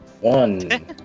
One